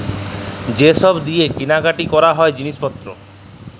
যে ছব দিঁয়ে কিলা কাটি ক্যরা হ্যয় জিলিস পত্তর